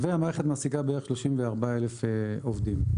והמערכת מעסיקה בערך 34,000 עובדים.